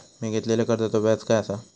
मी घेतलाल्या कर्जाचा व्याज काय आसा?